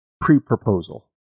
pre-proposal